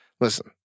Listen